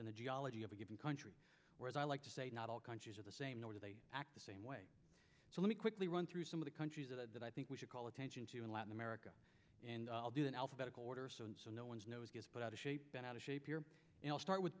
than the geology of a given country whereas i like to say not all countries are the same nor do they act the same way so let me quickly run through some of the countries that i think we should call attention to in latin america and i'll do that alphabetical order so and so no one's nose gets put out of shape bent out of shape your start with